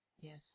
Yes